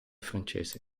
francese